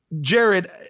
Jared